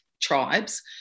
tribes